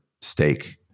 stake